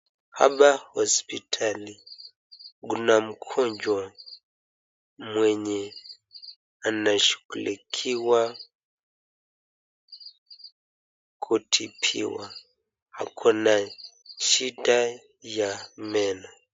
Hapa hospitali kuna mgonjwa anashugulikiwa kutibiwa, ako na shida ya meno.